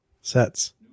Sets